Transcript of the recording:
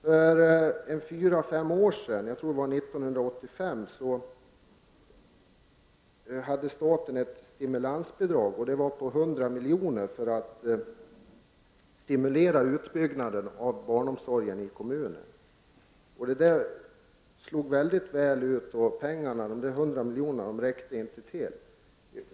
För fyra fem år sedan, jag tror att det var 1985, hade staten ett stimulansbidrag på 100 milj.kr., som skulle stimulera utbyggnaden av barnomsorgen i kommunerna. Det slog mycket väl ut, och pengarna, 100 milj.kr., räckte inte till.